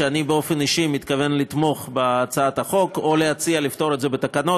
שאני באופן אישי מתכוון לתמוך בהצעת החוק או להציע לפתור את זה בתקנות.